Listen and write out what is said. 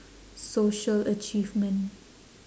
social achievement